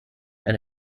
and